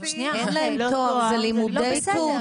אין להם תואר -- בסדר,